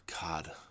God